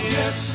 Yes